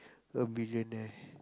a billionaire